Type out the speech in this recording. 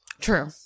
True